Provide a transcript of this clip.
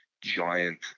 giant